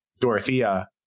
Dorothea